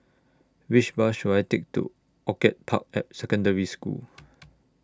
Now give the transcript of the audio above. Which Bus should I Take to Orchid Park Secondary School